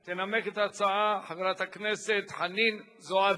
תנמק את ההצעה חברת הכנסת חנין זועבי.